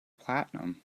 platinum